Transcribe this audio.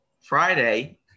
Friday